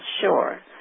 sure